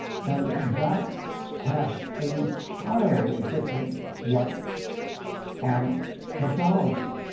and that's cast an entirely different light on technology,